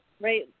right